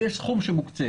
יש סכום שמוקצה